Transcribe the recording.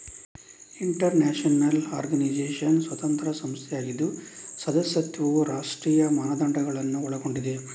inter national organisation ಸ್ವತಂತ್ರ ಸಂಸ್ಥೆಯಾಗಿದ್ದು ಸದಸ್ಯತ್ವವು ರಾಷ್ಟ್ರೀಯ ಮಾನದಂಡಗಳನ್ನು ಒಳಗೊಂಡಿದೆ